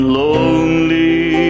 lonely